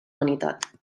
vanitat